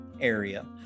area